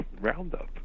Roundup